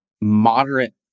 moderate